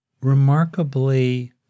remarkably